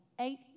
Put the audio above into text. eight